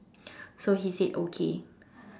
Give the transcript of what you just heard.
so he said okay